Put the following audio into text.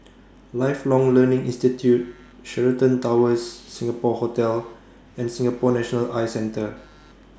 Lifelong Learning Institute Sheraton Towers Singapore Hotel and Singapore National Eye Centre